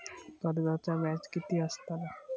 कर्जाचा व्याज किती बसतला?